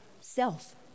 Self